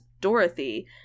Dorothy